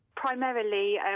Primarily